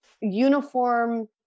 uniform